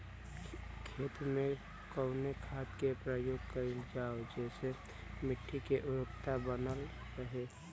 खेत में कवने खाद्य के प्रयोग कइल जाव जेसे मिट्टी के उर्वरता बनल रहे?